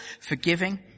forgiving